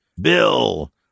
Bill